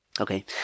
Okay